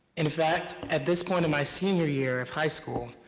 in fact, at this point in my senior year of high school,